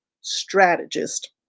Strategist